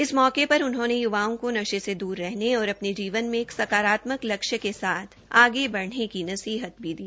इस मौके पर उन्होंने य्वाओं को नशे से दूर रहने और अपने जीवन में एक साकारात्मक लक्ष्य के साथ आगे बढ़ने की नसीहत भी दी